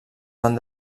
van